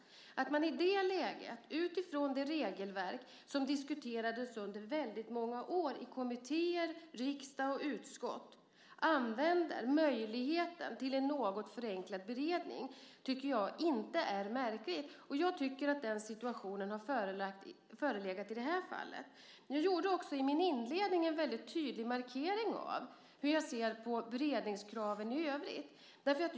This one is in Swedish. Att man i det läget, utifrån det regelverk som diskuterades under väldigt många år i kommittéer, riksdag och utskott, använder möjligheten till en något förenklad beredning tycker jag inte är märkligt. Jag tycker att den situationen har förelegat i det här fallet. I min inledning gjorde jag en väldigt tydlig markering av hur jag ser på beredningskraven i övrigt.